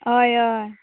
होय होय